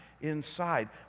inside